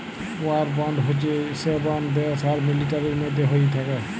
war bond হচ্যে সে bond দ্যাশ আর মিলিটারির মধ্যে হ্য়েয় থাক্যে